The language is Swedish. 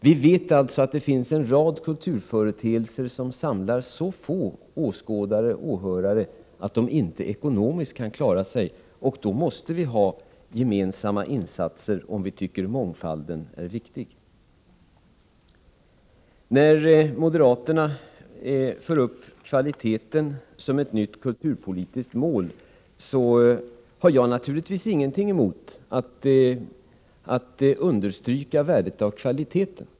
Vi vet alltså att det finns en rad kulturföreteelser som samlar så få åskådare och åhörare att de inte kan klara sig ekonomiskt, och då måste vi göra gemensamma insatser om vi tycker att mångfalden är viktig. När moderaterna för upp kvaliteten som ett nytt kulturpolitiskt mål, har jag naturligtvis ingenting emot att understryka värdet av kvalitet.